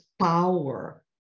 power